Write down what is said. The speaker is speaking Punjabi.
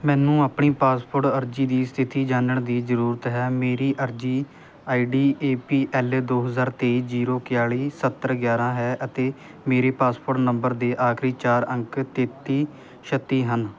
ਮੈਨੂੰ ਆਪਣੀ ਪਾਸਪੋਰ੍ਟ ਅਰਜ਼ੀ ਦੀ ਸਥਿਤੀ ਜਾਣਨ ਦੀ ਜ਼ਰੂਰਤ ਹੈ ਮੇਰੀ ਅਰਜ਼ੀ ਆਈਡੀ ਏ ਪੀ ਐਲ ਦੋ ਹਜ਼ਾਰ ਤੇਈ ਜ਼ੀਰੋ ਇਕਤਾਲੀ ਸੱਤਰ ਗਿਆਰ੍ਹਾਂ ਹੈ ਅਤੇ ਮੇਰੇ ਪਾਸਪੋਰਟ ਨੰਬਰ ਦੇ ਆਖਰੀ ਚਾਰ ਅੰਕ ਤੇਤੀ ਛੱਤੀ ਹਨ